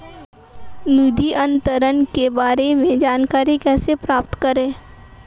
निधि अंतरण के बारे में जानकारी कैसे प्राप्त करें?